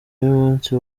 y’umunsi